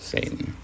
Satan